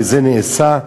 וזה נעשה.